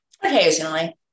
occasionally